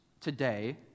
today